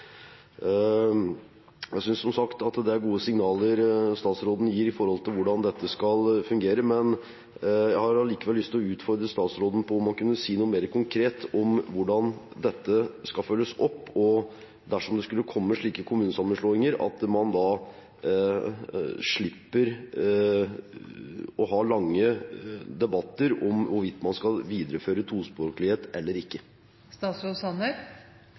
Jeg synes som sagt det er gode signaler statsråden gir for hvordan dette skal fungere, men jeg har allikevel lyst til å utfordre statsråden til å si noe mer konkret om hvordan dette skal følges opp, og at man – dersom det skulle komme slike kommunesammenslåinger – slipper å få lange debatter om hvorvidt man skal videreføre tospråklighet eller